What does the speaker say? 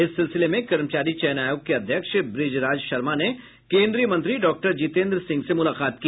इस सिलसिले में कर्मचारी चयन आयोग के अध्यक्ष बृजराज शर्मा ने केन्द्रीय मंत्री डॉक्टर जितेन्द्र सिंह से मुलाकात की